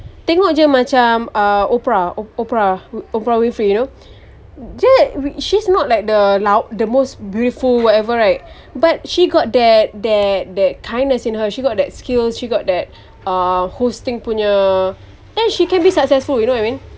tengok jer macam um o~ oprah oprah oprah winfrey you know she's not like the lawa the most beautiful whatever right but she got that that that kindness in her she got that skills she got that uh hosting punya and she can be successful you know what I mean